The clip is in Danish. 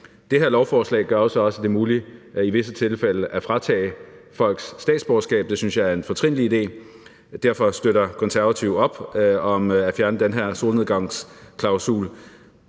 Det her lovforslag gør jo så også, at det er muligt i visse tilfælde at fratage folk statsborgerskabet. Det synes jeg er en fortrinlig idé, og derfor støtter Konservative op om at fjerne den her solnedgangsklausul.